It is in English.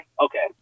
Okay